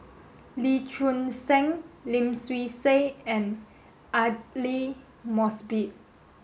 Lee Choon Seng Lim Swee Say and Aidli Mosbit